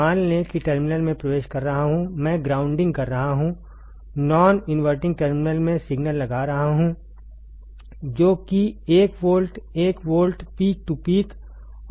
मान लें कि टर्मिनल में प्रवेश कर रहा हूं मैं ग्राउंडिंग कर रहा हूं नॉन इनवर्टिंग टर्मिनल मैं सिग्नल लगा रहा हूं जो कि 1 volt 1 volt peak to peak है